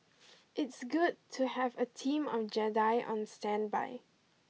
it's good to have a team of Jedi on standby